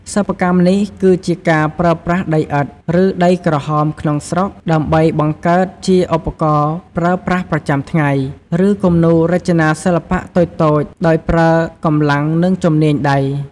សិប្បកម្មនេះគឺជាការប្រើប្រាស់ដីឥដ្ឋ ឬដីក្រហមក្នុងស្រុក ដើម្បីបង្កើតជាឧបករណ៍ប្រើប្រាស់ប្រចាំថ្ងៃ ឬគំនូររចនាសិល្បៈតូចៗ ដោយប្រើកម្លាំងនិងជំនាញដៃ។